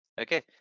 Okay